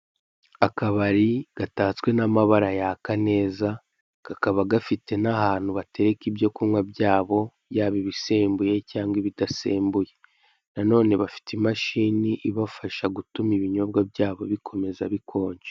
Akabari gatatswe n'amabara yaka neza kakaba gafite n'ahantu batereka ibyo kunywa byabo yaba ibisembuye cyangwa ibidasembuye na none bafite imashini ibafasha gutuma ibinyobwa byabo bikomeza bikonje.